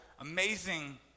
amazing